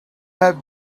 have